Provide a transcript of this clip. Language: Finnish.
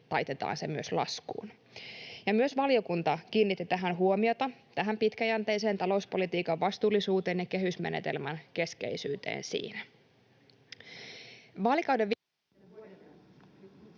taitetaan se myös laskuun, ja myös valiokunta kiinnitti tähän huomiota, tähän pitkäjänteiseen talouspolitiikan vastuullisuuteen ja kehysmenetelmän keskeisyyteen siinä.